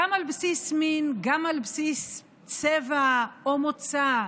גם על בסיס מין, גם על בסיס צבע או מוצא,